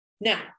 Now